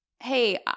hey